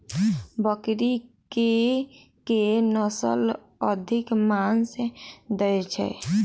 बकरी केँ के नस्ल अधिक मांस दैय छैय?